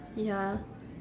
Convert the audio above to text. ya